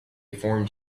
formed